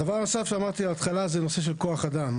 הדבר הנוסף שאמרתי על ההתחלה זה נושא של כוח אדם.